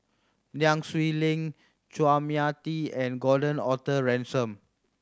Nai Swee Leng Chua Mia Tee and Gordon Arthur Ransome